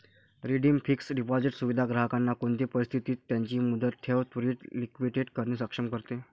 redeemed fixed deposit सुविधा ग्राहकांना कोणते परिस्थितीत त्यांची मुदत ठेव त्वरीत लिक्विडेट करणे सक्षम करते